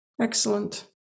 Excellent